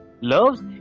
loves